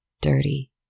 Dirty